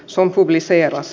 sun publishervas